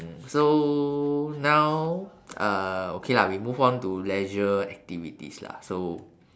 mm so now uh okay lah we move on to leisure activities lah so